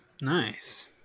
Nice